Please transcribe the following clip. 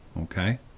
Okay